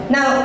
Now